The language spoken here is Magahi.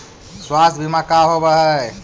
स्वास्थ्य बीमा का होव हइ?